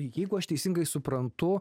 jeigu aš teisingai suprantu